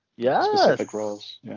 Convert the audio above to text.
Yes